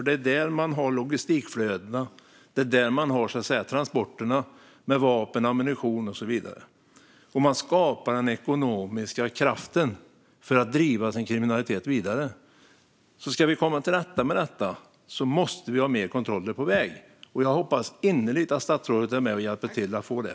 Det är där man har logistikflödena, transporterna med vapen och ammunition och så vidare. Man skapar därmed den ekonomiska kraften för att driva sin kriminalitet vidare. Ska vi komma till rätta med detta måste vi ha fler kontroller på väg. Jag hoppas innerligt att statsrådet är med och hjälper till att få det.